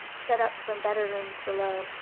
sent up from better rooms below,